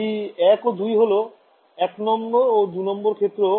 এই ১ ও ২ হল ১ নং ও ২ নং ক্ষেত্র